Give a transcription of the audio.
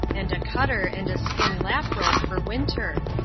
and a cutter and a skin lap-robe for winter.